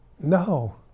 no